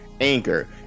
anchor